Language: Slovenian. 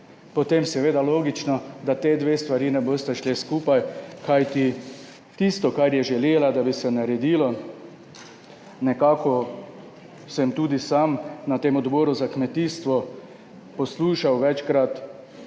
potem seveda logično, da ti dve stvari ne bosta šli skupaj, kajti, tisto, kar je želela, da bi se naredilo, nekako sem tudi sam na tem Odboru za kmetijstvo poslušal večkrat,